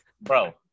bro